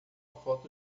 foto